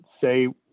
say